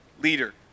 leader